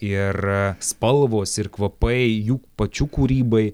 ir spalvos ir kvapai jų pačių kūrybai